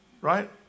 right